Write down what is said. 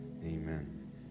Amen